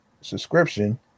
subscription